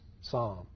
psalm